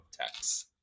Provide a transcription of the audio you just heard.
text